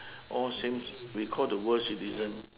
all same we call the world citizen